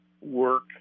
work